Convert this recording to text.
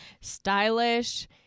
stylish